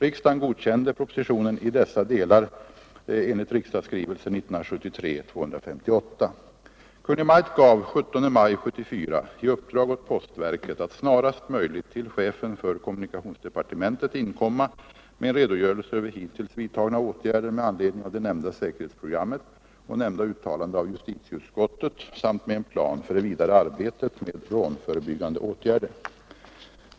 Riksdagen godkände propositionen i dessa delar Kungl. Maj:t gav den 17 maj 1974 i uppdrag åt postverket att snarast möjligt till chefen för kommunikationsdepartementet inkomma med en redogörelse över hittills vidtagna åtgärder med anledning av det nämnda säkerhetsprogrammet och nämnda uttalande av justitieutskottet samt med en plan för det vidare arbetet med rånförebyggande åtgärder.